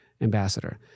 ambassador